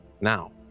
Now